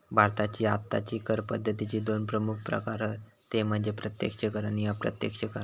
भारताची आत्ताची कर पद्दतीचे दोन प्रमुख प्रकार हत ते म्हणजे प्रत्यक्ष कर आणि अप्रत्यक्ष कर